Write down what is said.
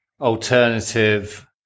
alternative